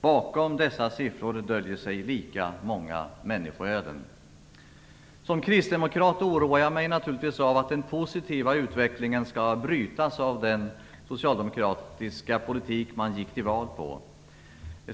Bakom dessa siffror döljer sig lika många människoöden. Som kristdemokrat oroas jag naturligtvis av att den positiva utvecklingen skall brytas av den socialdemokratiska politik som man gick till val på.